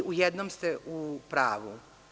U jednom ste u pravu.